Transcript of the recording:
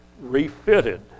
refitted